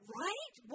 right